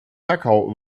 krakau